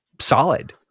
solid